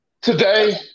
Today